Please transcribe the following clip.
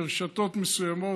ברשתות מסוימות,